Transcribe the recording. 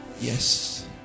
yes